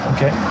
Okay